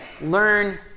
learn